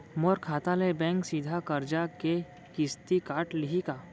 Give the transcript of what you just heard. मोर खाता ले बैंक सीधा करजा के किस्ती काट लिही का?